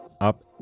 up